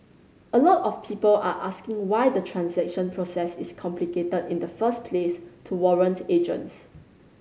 a lot of people are asking why the transaction process is complicated in the first place to warrant agents